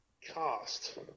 cast